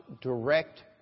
direct